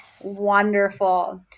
wonderful